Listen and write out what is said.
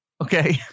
Okay